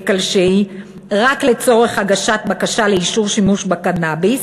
כלשהי רק לצורך הגשת בקשה לאישור שימוש בקנאביס,